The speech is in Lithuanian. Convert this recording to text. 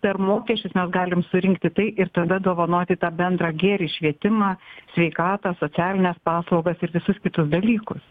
per mokesčius mes galim surinkti tai ir tada dovanoti tą bendrą gėrį švietimą sveikatą socialines paslaugas ir visus kitus dalykus